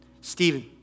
Stephen